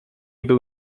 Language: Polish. był